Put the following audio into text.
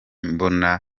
mbona